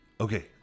Okay